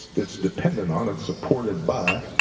it's dependent on, it's supported by